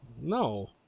No